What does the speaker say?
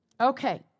Okay